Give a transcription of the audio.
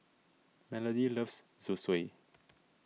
Melodie loves Zosui